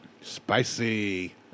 Spicy